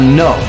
no